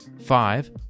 Five